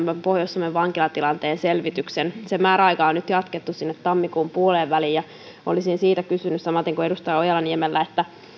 pohjois suomen vankilatilanteen selvitykseen sen määräaikaa on nyt jatkettu tammikuun puoleenväliin olisin siitä kysynyt samaten kuin edustaja ojala niemelä